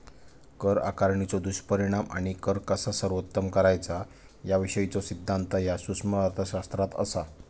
कर आकारणीचो दुष्परिणाम आणि कर कसा सर्वोत्तम करायचा याविषयीचो सिद्धांत ह्या सूक्ष्म अर्थशास्त्रात असा